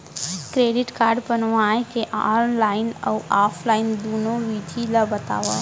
Credit card बनवाए के online अऊ ऑफलाइन दुनो विधि ला बतावव?